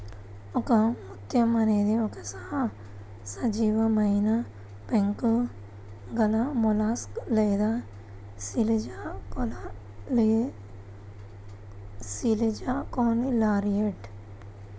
ఒకముత్యం అనేది ఒక సజీవమైనపెంకు గలమొలస్క్ లేదా శిలాజకోనులారియిడ్